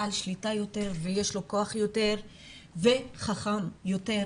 בעל שליטה יותר ויש לו כוח יותר וחכם יותר,